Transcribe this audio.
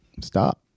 Stop